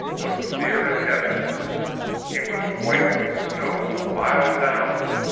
looked near to heaven he was white with snow a mile downward,